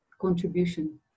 contribution